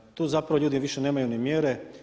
Tu zapravo ljudi više nemaju ni mjere.